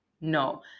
No